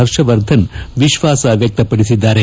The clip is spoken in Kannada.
ಪರ್ಷವರ್ಧನ್ ವಿಶ್ಲಾಸ ವ್ಹಕ್ತಪಡಿಸಿದ್ದಾರೆ